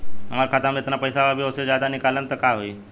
हमरा खाता मे जेतना पईसा बा अभीओसे ज्यादा निकालेम त का होई?